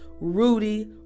Rudy